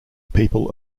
people